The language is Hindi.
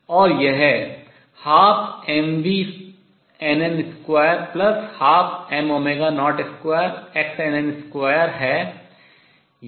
और यह 12mvnn2 12m02xnn2 है